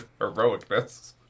heroicness